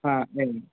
हा नै